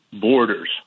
borders